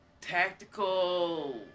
Tactical